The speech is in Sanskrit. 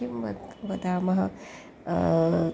किं वत् वदामः